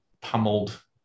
pummeled